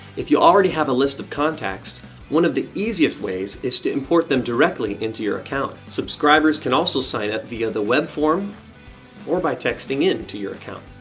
if you already have a list of contacts, then one of the easiest ways is to import them directly into your account. subscribers can also sign up via the web form or by texting in to your account.